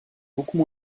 beaucoup